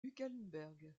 hülkenberg